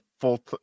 full